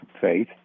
faith